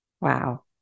Wow